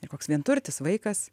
ir koks vienturtis vaikas